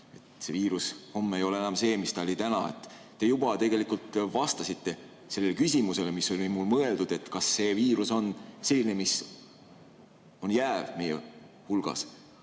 See viirus ei ole homme enam see, mis ta oli täna. Te juba tegelikult vastasite sellele küsimusele, mis mul oli valmis mõeldud, kas see viirus on selline, mis meie hulka